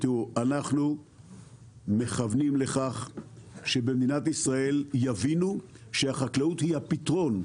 אנחנו מכוונים לכך שבמדינת ישראל יבינו שהחקלאות היא הפתרון,